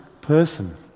person